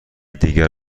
دیگر